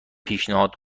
پیشنهاد